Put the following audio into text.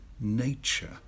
nature